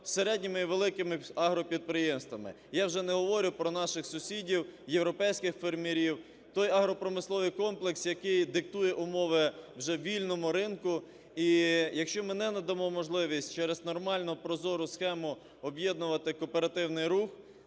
з середніми і великими агропідприємствами, я вже не говорю про наших сусідів європейських фермерів. Той агропромисловий комплекс, який диктує умови вже в вільному ринку, і якщо ми не надамо можливість через нормальну прозору схему об'єднувати кооперативний рух,